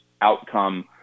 outcome